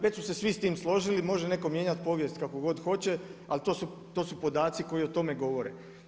Već su se svi s tim složili, može neko mijenjati povijest kako god hoće ali to su podaci koji o tome govore.